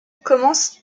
commence